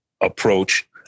approach